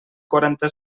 quaranta